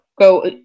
go